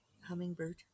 Hummingbird